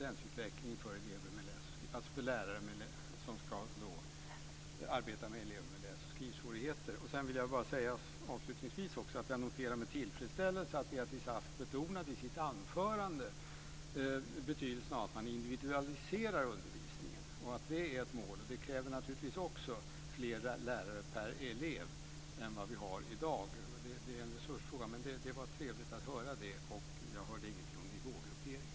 Det handlar om kompetensutveckling för lärare som ska arbeta med elever som har läs och skrivsvårigheter. Avslutningsvis vill jag säga att jag noterar med tillfredsställelse att Beatrice Ask i sitt huvudanförande betonade betydelsen av att individualisera undervisningen och att det är ett mål. Det kräver naturligtvis också fler lärare per elev än vi har i dag. Detta är en resursfråga; det var trevligt att höra det. Jag hörde ingenting om nivågrupperingar.